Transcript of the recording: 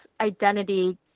identity